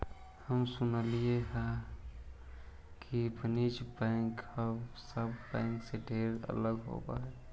हम सुनलियई हे कि वाणिज्य बैंक आउ सब बैंक से ढेर अलग होब हई